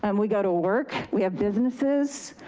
um we go to work, we have businesses.